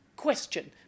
Question